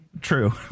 True